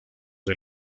del